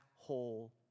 Whole